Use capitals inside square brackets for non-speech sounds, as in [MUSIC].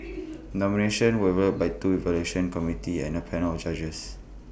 [NOISE] nominations were evaluated by two evaluation committees and A panel of judges